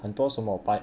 很多什么白